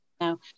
now